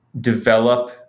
develop